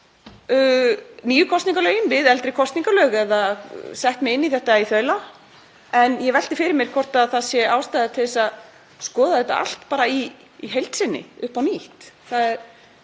nýju kosningalögin saman við eldri kosningalög eða sett mig inn í þetta í þaula en ég velti fyrir mér hvort ástæða sé til að skoða þetta allt í heild sinni upp á nýtt. Þetta er